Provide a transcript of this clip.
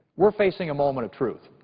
we're facing a moment of truth.